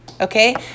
okay